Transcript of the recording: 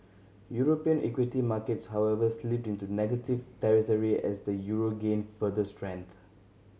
European equity markets however slipped into negative territory as the euro gained further strength